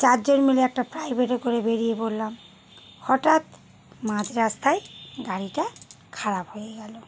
চারজন মিলে একটা প্রাইভেটে করে বেড়িয়ে পড়লাম হঠাৎ মাঝরাস্তায় গাড়িটা খারাপ হয়ে গেল